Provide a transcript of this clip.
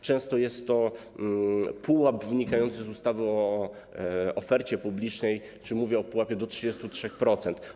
Często jest to pułap wynikający z ustawy o ofercie publicznej, czyli mówię o pułapie do 33%.